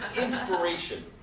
inspiration